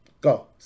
go